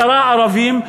10,000 לערבים,